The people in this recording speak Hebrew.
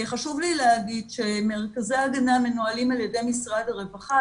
חשוב לי להגיד שמרכזי ההגנה מנוהלים על ידי משרד הרווחה,